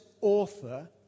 author